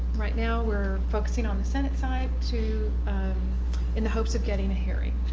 right now we're focusing on the senate side to in the hopes of getting a hearing.